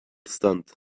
stunt